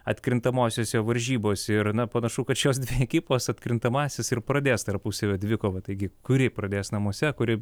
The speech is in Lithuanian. atkrintamosiose varžybose ir na panašu kad šios dvi ekipos atkrintamąsias ir pradės tarpusavio dvikova taigi kuri pradės namuose kuri